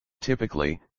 Typically